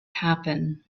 happen